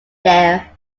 there